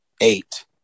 eight